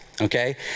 Okay